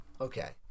Okay